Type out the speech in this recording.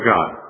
God